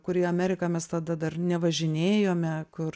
kur į ameriką mes tada dar nevažinėjome kur